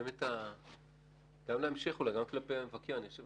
כאן אני אנסה